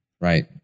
Right